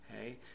Hey